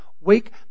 Wake